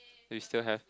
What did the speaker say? we still have